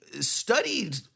studied